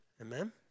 amen